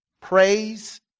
Praise